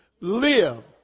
Live